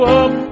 up